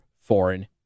foreign